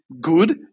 good